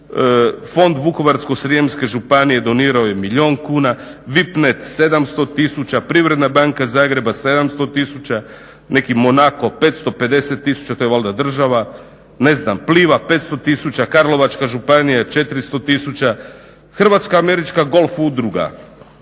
Fond Vukovarsko-srijemske županije donirao je milijun kuna VIP-net 700 tisuća, Privredna banka Zagreb 700 tisuća, neki Monako 550 tisuća, to je valjda država, ne znam Pliva 500 tisuća, Karlovačka županija 400 tisuća, Hrvatska američka golf udruga